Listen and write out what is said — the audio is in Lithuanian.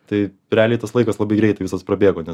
tai realiai tas laikas labai greitai visas prabėgo net